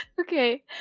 Okay